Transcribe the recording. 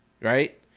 Right